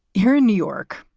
here in new york,